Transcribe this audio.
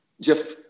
Jeff